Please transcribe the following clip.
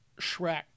Shrek